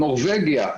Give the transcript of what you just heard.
נורבגיה.